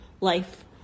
life